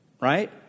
right